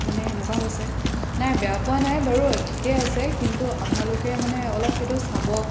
মানে সেনেকুৱা হৈছে নাই বেয়া পোৱা নাই বাৰু ঠিকে আছে কিন্তু আপোনালোকে মানে অলপ সেইটো চাব